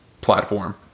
platform